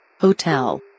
Hotel